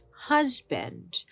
husband